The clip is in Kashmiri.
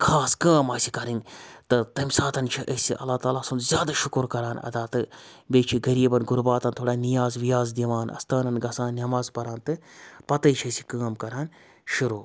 خاص کٲم آسہِ کَرٕنۍ تہٕ تَمہِ ساتَن چھِ أسۍ اللہ تعالیٰ سُنٛد زیادٕ شُکُر کَران ادا تہٕ بیٚیہِ چھِ غریٖبَن گُرباتَن تھوڑا نِیاز وِیاز دِوان اَستانَن گژھان نٮ۪ماز پَران تہٕ پَتَے چھِ أسۍ یہِ کٲم کَران شُروع